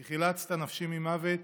כי חִלצת נפשי ממׇות,